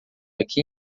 aqui